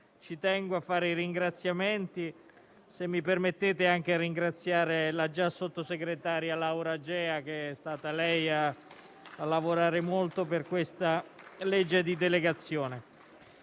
ci tengo a fare i dovuti ringraziamenti e - se mi permettete - anche a ringraziare la già sottosegretario Laura Agea, visto che è stata lei a lavorare molto per questa legge di delegazione.